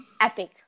epic